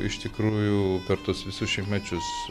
iš tikrųjų per tuos visus šimtmečius